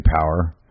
power